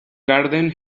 garden